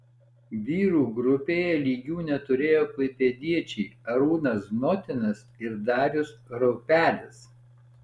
vyrų grupėje lygių neturėjo klaipėdiečiai arūnas znotinas ir darius raupelis